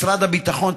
משרד הביטחון,